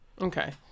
Okay